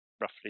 roughly